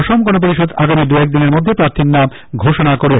অসম গনপরিষদ আগামী দুএকদিনের মধ্যে প্রার্থীর নাম ঘোষণা করবে